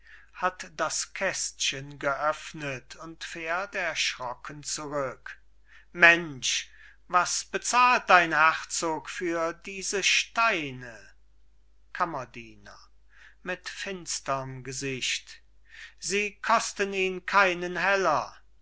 hat das kästchen geöffnet und fährt erschrocken zurück mensch was bezahlt dein herzog für diese steine kammerdiener mit finsterm gesicht sie kosten ihn keinen heller